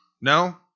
No